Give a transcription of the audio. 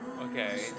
okay